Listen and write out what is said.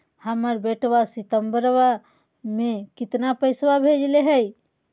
हमर बेटवा सितंबरा में कितना पैसवा भेजले हई?